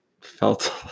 felt